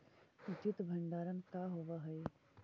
उचित भंडारण का होव हइ?